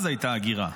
אז הייתה הגירה.